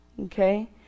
okay